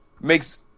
makes